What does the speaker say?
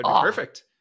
perfect